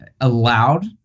allowed